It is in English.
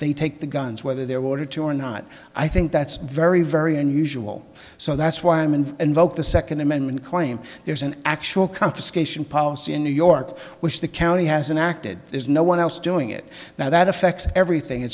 they take the guns whether they're water to or not i think that's very very unusual so that's why i'm and invoke the second amendment claim there's an actual confiscation policy in new york which the county has an active there's no one else doing it now that affects everything